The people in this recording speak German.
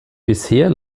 bisher